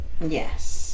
yes